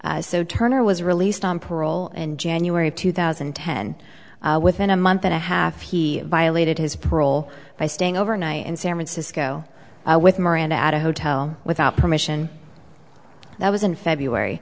so turner was released on parole in january of two thousand and ten within a month and a half he violated his parole by staying overnight in san francisco with miranda at a hotel without permission that was in february